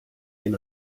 den